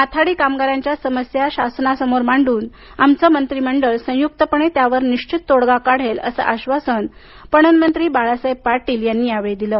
माथाडी कामगारांच्या समस्या शासनासमोर मांडून आमचे मंत्रीमंडळ संयुक्तपणे त्यावर निश्चित तोडगा काढेल असं आश्वासन पणन मंत्री बाळासाहेब पाटील यांनी दिलं